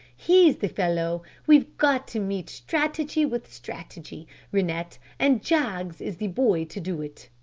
he's the fellow. we've got to meet strategy with strategy, rennett, and jaggs is the boy to do it.